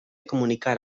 comunicar